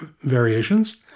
variations